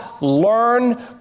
learn